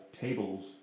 tables